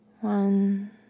one